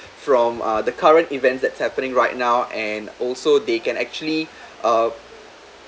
from uh the current events that's happening right now and also they can actually uh